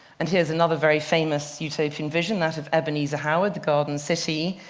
and here is another very famous utopian vision, that of ebenezer howard, the garden city.